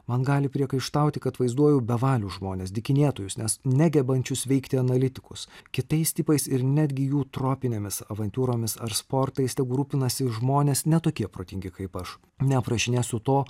man gali priekaištauti kad vaizduoju bevalius žmones dykinėtojus nes negebančius veikti analitikus kitais tipais ir netgi jų tropinėmis avantiūromis ar sportais tegu rūpinasi žmonės ne tokie protingi kaip aš neaprašinėsiu to